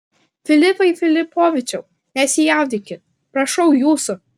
filipai filipovičiau nesijaudinkit prašau jūsų